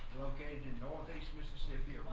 northeast mississippi,